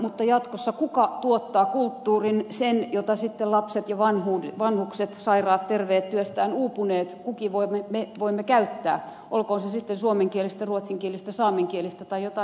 mutta kuka jatkossa tuottaa kulttuurin sen jota sitten lapset ja vanhukset sairaat terveet työstään uupuneet meistä kukin voi käyttää olkoon se sitten suomenkielistä ruotsinkielistä saamenkielistä tai jotain muuta